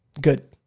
Good